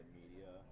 media